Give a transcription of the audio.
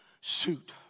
suit